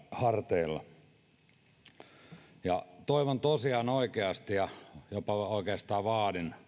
harteilla toivon tosiaan oikeasti ja jopa oikeastaan vaadin